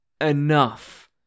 enough